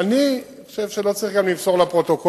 אני חושב שגם לא צריך למסור לפרוטוקול